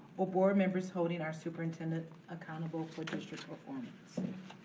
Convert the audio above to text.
or board members holding our superintendent accountable for district performance? that's a